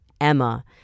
Emma